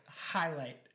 Highlight